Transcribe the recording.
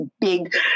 big